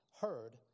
heard